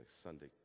Sunday